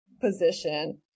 position